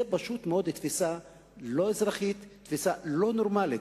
זה פשוט מאוד תפיסה לא אזרחית, תפיסה לא נורמלית.